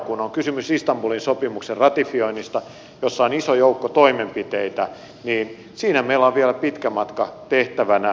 kun on kysymys istanbulin sopimuksen ratifioinnista jossa on iso joukko toimenpiteitä niin siinä meillä on vielä pitkä matka tehtävänä